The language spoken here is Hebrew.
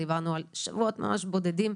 דיברנו על שבועות ממש בודדים.